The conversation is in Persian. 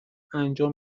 انجام